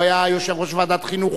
הוא היה יושב-ראש ועדת החינוך,